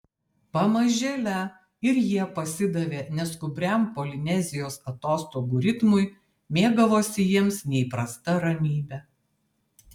pamažėle ir jie pasidavė neskubriam polinezijos atostogų ritmui mėgavosi jiems neįprasta ramybe